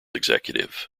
executive